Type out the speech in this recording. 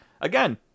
again